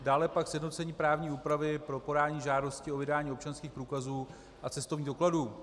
Dále pak sjednocení právní úpravy pro podání žádosti o vydání občanských průkazů a cestovních dokladů.